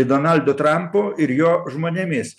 donaldu trampu ir jo žmonėmis